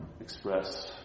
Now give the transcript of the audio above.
express